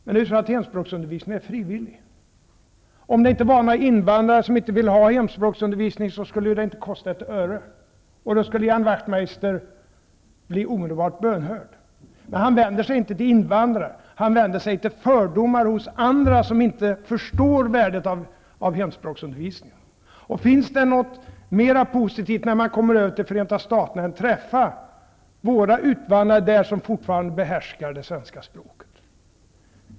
Men hemspråksundervisningen är frivillig. Om det inte fanns några invandrare som ville ha hemspråksundervisning, skulle den inte kosta ett öre. Då skulle Ian Wachtmeister omedelbart bli bönhörd. Men han vänder sig inte till invandrare, utan han vänder sig till fördomar hos andra som inte förstår värdet av hemspråksundervisningen. Finns det något positivare när man kommer över till Förenta staterna än att träffa våra utvandrare där, som fortfarande behärskar det svenska språket.